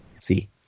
see